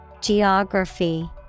Geography